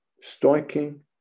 Striking